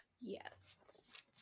yes